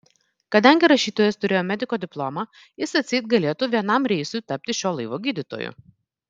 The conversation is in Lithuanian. kadangi rašytojas turėjo mediko diplomą jis atseit galėtų vienam reisui tapti šio laivo gydytoju